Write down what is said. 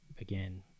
again